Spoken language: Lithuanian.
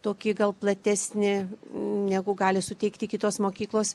tokį gal platesnį negu gali suteikti kitos mokyklos